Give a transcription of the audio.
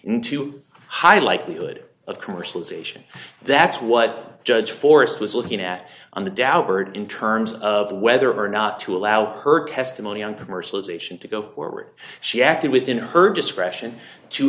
into a high likelihood of commercialization that's what judge forrest was looking at on the daubert in terms of whether or not to allow her testimony on commercialization to go forward she acted within her discretion to